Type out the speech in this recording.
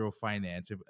finance